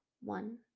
one